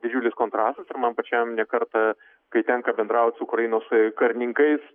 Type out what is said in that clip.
didžiulis kontrastas ir man pačiam ne kartą kai tenka bendraut su ukrainos karininkais